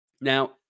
Now